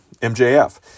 MJF